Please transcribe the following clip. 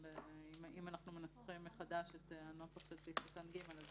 אם אנחנו מנסחים מחדש את הנוסח של סעיף (ג) זה